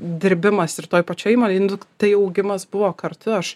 dirbimas ir toj pačioj įmonėj nu tai augimas buvo kartu aš